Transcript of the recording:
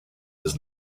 his